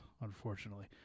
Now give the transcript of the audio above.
unfortunately